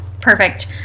Perfect